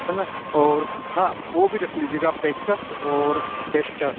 है ना और हाँ वो भी रख लीजिएगा पेचकस और टेष्टर